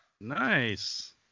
Nice